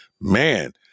man